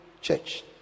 church